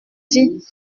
dit